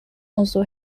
also